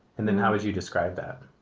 and then how would you describe that?